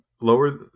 lower